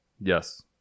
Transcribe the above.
yes